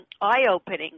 eye-opening